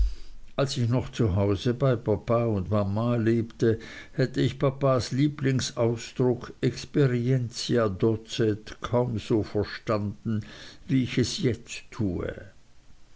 als ich noch zu hause bei papa und mama lebte hätte ich papas lieblingsausdruck experientia docet kaum so verstanden wie ich es jetzt tue